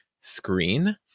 screen